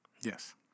Yes